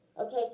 okay